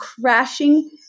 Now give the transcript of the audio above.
crashing